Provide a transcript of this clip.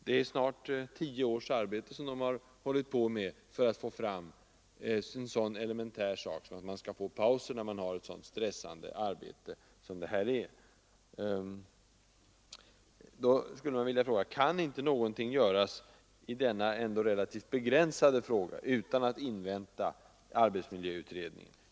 De har snart hållit på i tio år för att få rätt till pauser, en rätt som borde vara självklar när de har ett så pressande arbete. Kan inte någonting göras i denna ändå relativt begränsade fråga utan att invänta arbetsmiljöutredningen?